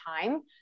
time